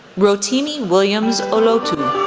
rotimi williams olotu,